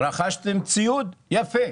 רכשתם ציוד - יפה,